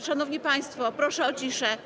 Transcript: Szanowni państwo, proszę o ciszę.